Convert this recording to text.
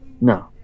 No